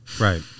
Right